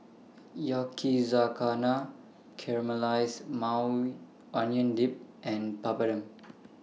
Yakizakana Caramelized Maui Onion Dip and Papadum